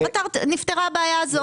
ואז נפתרה הבעיה הזאת.